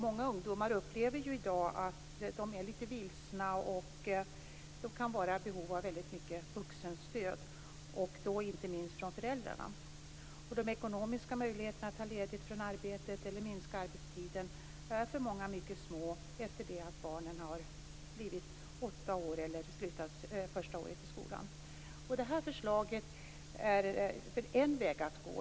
Många ungdomar upplever i dag att de är lite vilsna. De kan vara i behov av väldigt mycket vuxenstöd, inte minst från föräldrarna. De ekonomiska möjligheterna att ta ledigt från arbetet eller att minska arbetstiden är för många mycket små efter det att barnen har blivit åtta år eller avslutat sitt första år i skolan. Detta förslag är en väg att gå.